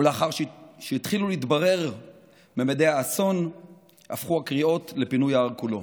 ולאחר שהתחילו להתברר ממדי האסון הפכו הקריאות לפינוי ההר כולו.